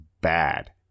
bad